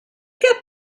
get